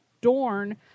Dorn